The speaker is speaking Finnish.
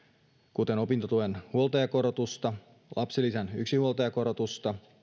kuten opintotuen huoltajakorotusta ja lapsilisän yksinhuoltajakorotusta